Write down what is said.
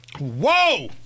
Whoa! (